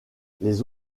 les